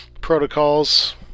protocols